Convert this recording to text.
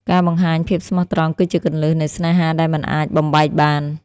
ការបង្ហាញភាពស្មោះត្រង់គឺជាគន្លឹះនៃស្នេហាដែលមិនអាចបំបែកបាន។